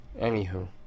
Anywho